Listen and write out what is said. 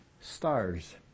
stars